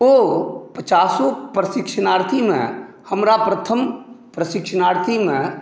ओ पचासो प्रशिक्षणार्थीमे हमरा प्रथम प्रशिक्षणार्थीमे